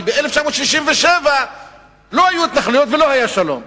כי ב-1967 לא היו התנחלויות ולא היה שלום.